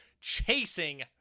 chasing